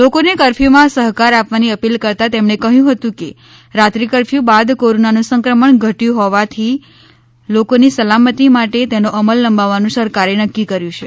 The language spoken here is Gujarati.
લોકોને કરફ્યુમાં સહકાર આપવાની અપીલ કરતાં તેમણે કહ્યું હતું કે રાત્રિ કરફ્યુ બાદ કોરોનાનું સંક્રમણ ઘટ્યું હોવાથી લોકો ની સલામતી માટે તેનો અમલ લંબાવવાનું સરકારે નક્કી કર્યું છે